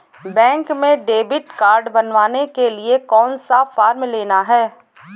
Bank में debit card बनवाने के लिए कौन सा फॉर्म लेना है?